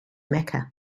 mecca